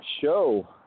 show